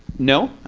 no.